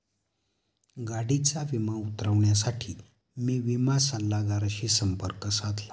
गाडीचा विमा उतरवण्यासाठी मी विमा सल्लागाराशी संपर्क साधला